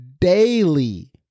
daily